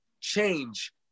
change